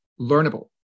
learnable